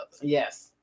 Yes